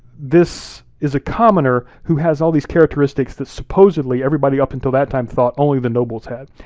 this is a commoner who has all these characteristics that supposedly, everybody up until that time thought only the nobles had.